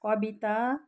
कविता